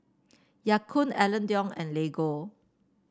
Ya Kun Alain Delon and Lego